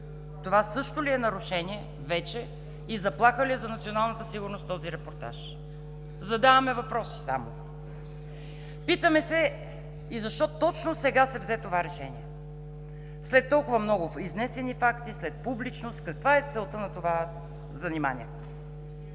Това също ли е нарушение вече и заплаха ли е за националната сигурност този репортаж? Задаваме въпроси само. Питаме се: и защо точно сега се взе това решение, след толкова много изнесени факти, след публичност? Каква е целта на това занимание?